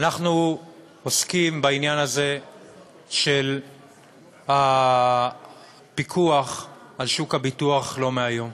אנחנו עוסקים בעניין הזה של הפיקוח על שוק הביטוח לא מהיום,